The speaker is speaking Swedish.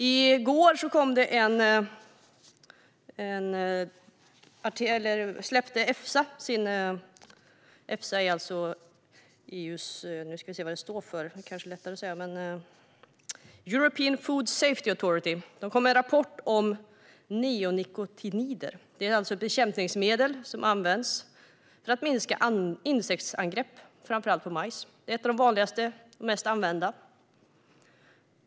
I går släppte Efsa, European Food Safety Authority, en rapport om neonikotinoider. Det är bekämpningsmedel som används för att minska insektsangrepp på framför allt majs. Det är ett av de vanligaste och mest använda medlen.